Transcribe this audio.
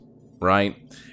right